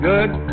Good